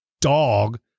dog